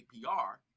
APR